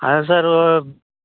அது சார்